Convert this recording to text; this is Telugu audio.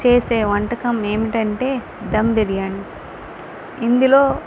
చేసే వంటకం ఏమిటంటే ధమ్ బిర్యానీ ఇందులో